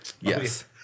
Yes